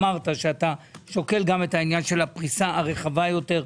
אמרת שאתה שוקל גם את העניין של הפריסה הרחבה יותר,